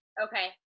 Okay